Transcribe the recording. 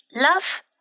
love